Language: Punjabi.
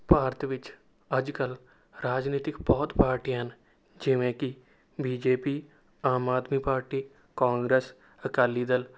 ਭਾਰਤ ਵਿੱਚ ਅੱਜ ਕੱਲ੍ਹ ਰਾਜਨੀਤਿਕ ਬਹੁਤ ਪਾਰਟੀਆਂ ਹਨ ਜਿਵੇਂ ਕਿ B J P Aam Aadmi party Congress Akali Dal